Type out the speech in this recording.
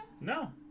No